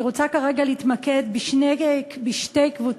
אני רוצה כרגע להתמקד בשתי קבוצות,